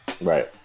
Right